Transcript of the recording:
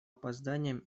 опозданием